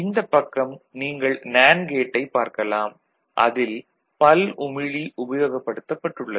இந்தப் பக்கம் நீங்கள் நேண்டு கேட்டைப் பார்க்கலாம் அதில் பல்உமிழி உபயோகப்படுத்தப்பட்டுள்ளது